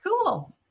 Cool